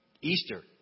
Easter